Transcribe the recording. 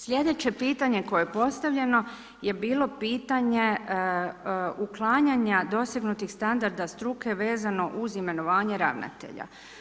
Slijedeće pitanje koje je postavljeno je bilo pitanje uklanjanja dosegnutih standarda struke vezano uz imenovanje ravnatelja.